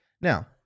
Now